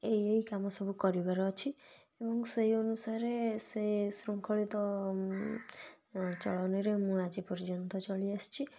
ଏଇ ଏଇ କାମ ସବୁ କରିବାର ଅଛି ମୁଁ ସେଇ ଅନୁସାରେ ସେ ଶୃଙ୍ଖଳିତ ଚଳଣୀରେ ମୁଁ ଆଜି ପର୍ଯ୍ୟନ୍ତ ଚଳି ଆସିଛି